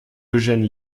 eugène